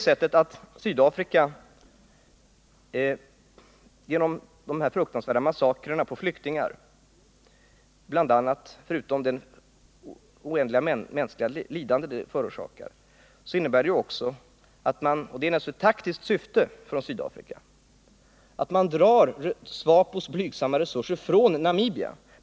Sydafrikas fruktansvärda massakrer på flyktingar innebär, förutom det oändliga mänskliga lidande de förorsakar, också — och det är naturligtvis ett taktiskt syfte — att SWAPO:s blygsamma resurser dras från Namibia.